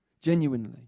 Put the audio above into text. Genuinely